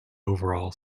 overall